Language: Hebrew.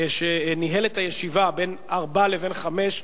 שניהל את הישיבה בין 16:00 ל-17:00,